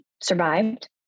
survived